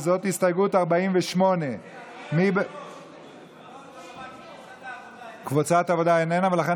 זאת הסתייגות 48. קבוצת העבודה איננה ולכן